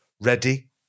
Ready